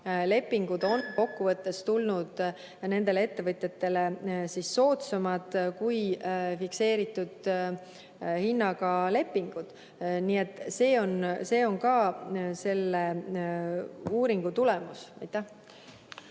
lepingud on kokkuvõttes olnud ettevõtjatele soodsamad kui fikseeritud hinnaga lepingud. See on selle uuringu tulemus. Aitäh!